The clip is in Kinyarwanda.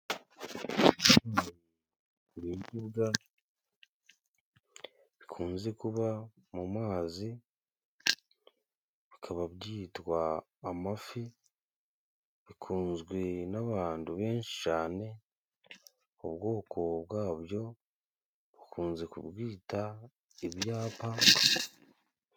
Kubiribwa bikunze kuba mu mazi ,bukaba bwitwa amafi ,bikunzwe n'abandu benshi cane ,ubwoko bwabyo ,bukunze kubwita ibyapa,